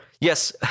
Yes